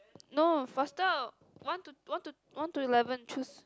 no faster one to one to one to eleven choose